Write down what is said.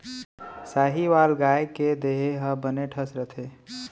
साहीवाल गाय के देहे ह बने ठस रथे